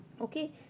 Okay